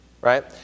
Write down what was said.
right